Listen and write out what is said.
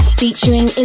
featuring